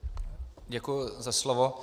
Děkuji za slovo.